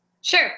Sure